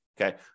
Okay